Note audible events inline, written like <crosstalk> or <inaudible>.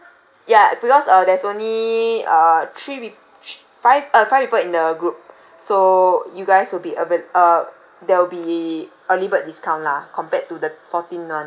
ya because uh there's only uh three peo~ three five uh five people in the group <breath> so you guys will be avail~ uh there will be early bird discount lah compared to the fourteen one